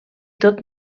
tot